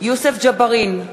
יוסף ג'בארין,